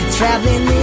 Traveling